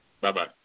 Bye-bye